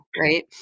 right